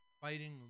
fighting